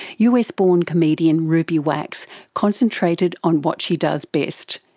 us-born comedian ruby wax concentrated on what she does best,